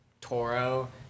Toro